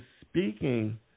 speaking